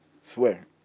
Swear